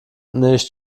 nicht